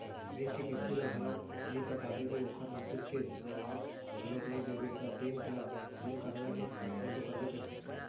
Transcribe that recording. bank के किस्ती ल घलोक नइ पटाबे अउ ओखर नोटिस के जवाब घलोक नइ देबे त बेंक ल जेन करना हे तेन तो करबे करही